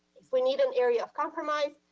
if we need an area of compromise,